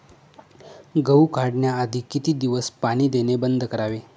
गहू काढण्याआधी किती दिवस पाणी देणे बंद करावे?